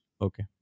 Okay